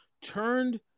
Turned